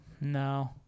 No